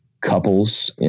couples